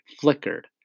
flickered